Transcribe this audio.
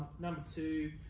number two,